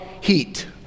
heat